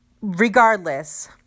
Regardless